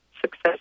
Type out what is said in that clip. success